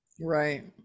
right